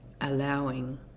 Allowing